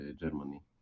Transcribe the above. germany